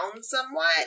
somewhat